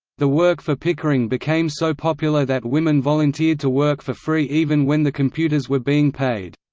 the work for pickering became so popular that women volunteered to work for free even when the computers were being paid.